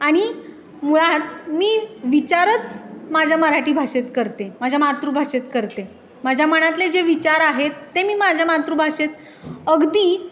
आणि मुळात मी विचारच माझ्या मराठी भाषेत करते माझ्या मातृभाषेत करते माझ्या मनातले जे विचार आहेत ते मी माझ्या मातृभाषेत अगदी